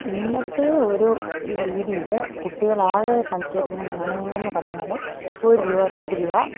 ഇന്നത്തെ ഒരു രീതിയിൽ കുട്ടികളാകെ കണ്ടിരിക്കുന്ന നാണയങ്ങളെന്നു പറഞ്ഞാൽ ഒരു രൂപ രണ്ട് രൂപ